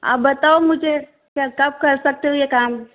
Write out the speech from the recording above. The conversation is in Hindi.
आप बताओ मुझे कब कर सकते हो यह काम